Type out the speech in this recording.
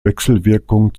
wechselwirkung